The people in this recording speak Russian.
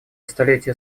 столетия